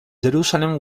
jerusalem